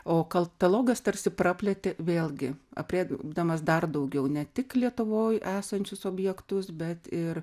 o katalogas tarsi praplėtė vėlgi aprėpdamas dar daugiau ne tik lietuvoj esančius objektus bet ir